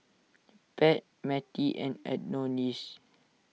Pat Mattie and Adonis